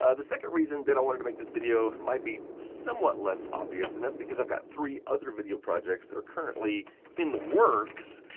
ah the second reason that i wanted to make this video might be somewhat less obvious. and that's because i've got three other video projects that are currently in the works,